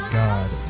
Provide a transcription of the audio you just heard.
god